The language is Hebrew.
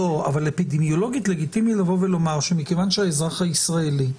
אפידמיולוגית לגיטימי לבוא ולומר שמכיוון שהאזרח הישראלי,